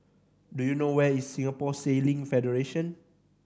do you know where is Singapore Sailing Federation